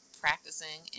practicing